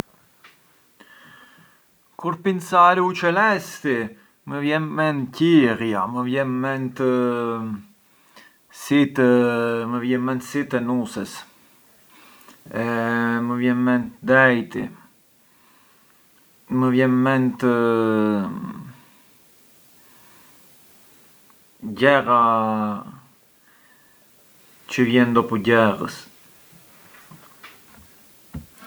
Më përqejën të dia shurbiset, kur priparar brënda, na ë se jam e zienj gjagjë di particolari, më përqen përçë ë skurseni ë na passioni çë u jam e koltivar tek ai minut, cioè një shurbes çë, çë më bun, skurse… specialmenti nga jam vetëm një shurbes çë më bun të shkonj qëroin e të rilasarem, inveci na jam me gjinde e makari dua soçalixa e dua shkonj qëroin tue folur e raxhunartur vem e ham te un ristoranti o te na pizzeria, ma jo kush e di çë, shurbise të shtrejta çë na kur ka paguajëm cinquanta euru fshoqe, edhe na pizza vete mirë.